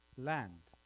land,